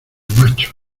macho